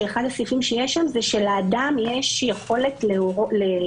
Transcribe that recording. שאחד הסעיפים שם שלאדם יש יכולת להודיע